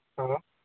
हां